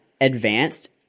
advanced